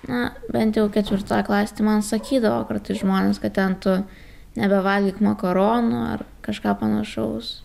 na bent jau ketvirtoj klasėj tai man sakydavo kartais žmonės kad ten tu nebevalgyk makaronų ar kažką panašaus